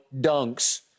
dunks